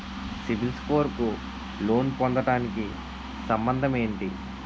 CIBIL score కు loan పొందటానికి సంబంధం ఏంటి?